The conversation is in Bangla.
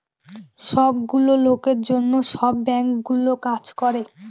সব গুলো লোকের জন্য সব বাঙ্কগুলো কাজ করে